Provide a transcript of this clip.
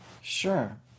Sure